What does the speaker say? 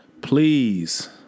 please